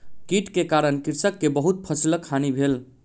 कीट के कारण कृषक के बहुत फसिलक हानि भेल